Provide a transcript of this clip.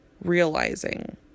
realizing